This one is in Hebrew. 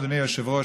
אדוני היושב-ראש,